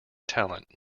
talent